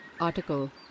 Article